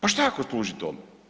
Pa što ako služi tome?